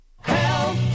Help